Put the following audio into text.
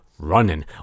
running